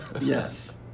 Yes